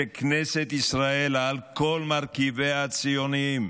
הגיעה העת של כנסת ישראל על כל מרכיביה הציוניים